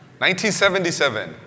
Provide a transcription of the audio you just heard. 1977